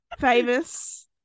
famous